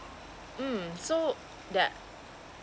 mm so they're